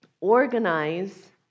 organize